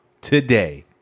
today